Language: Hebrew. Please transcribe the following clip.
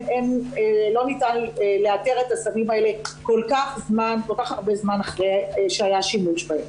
לא ניתן לאתר את הסמים האלה כל כך הרבה זמן אחרי שהיה שימוש בהם.